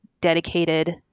dedicated